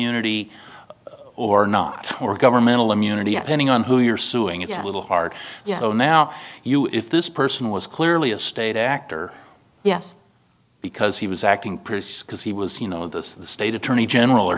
immunity or not or governmental immunity ending on who you're suing it's a little hard you know now you if this person was clearly a state actor yes because he was acting because he was you know the state attorney general or